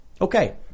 Okay